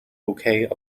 bouquet